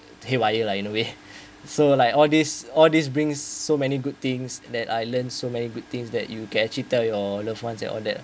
haywire lah in a way so like all these all these brings so many good things that I learn so many good things that you can actually tell your loved ones and all that